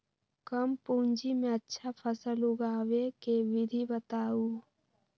कम पूंजी में अच्छा फसल उगाबे के विधि बताउ?